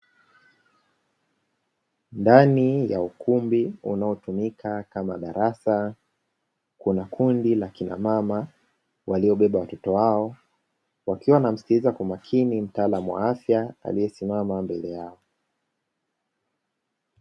Ndani ya ukumbi unaotumika kama darasa, kuna kundi la akina mama waliobeba watoto wao, wakiwa wanamskiliza kwa makini mtaalamu wa afya aliyesimama mbele yao.